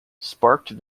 sparked